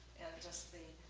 just be